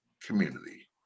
community